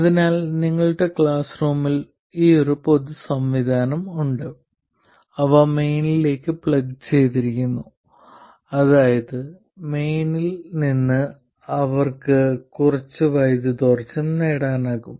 അതിനാൽ നിങ്ങളുടെ ക്ലാസ് റൂമിൽ ഈ പൊതു സംവിധാനം ഉണ്ട് അവ മെയിനിലേക്ക് പ്ലഗ് ചെയ്തിരിക്കുന്നു അതായത് മെയിനിൽ നിന്ന് അവർക്ക് കുറച്ച് വൈദ്യുതിയോർജ്ജം നേടാനാകും